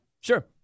sure